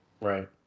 Right